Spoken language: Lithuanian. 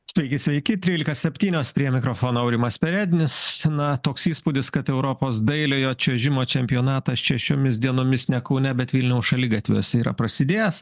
taigi sveiki trylika septynios prie mikrofono aurimas perednis na toks įspūdis kad europos dailiojo čiuožimo čempionatas čia šiomis dienomis ne kaune bet vilniaus šaligatviuose yra prasidėjęs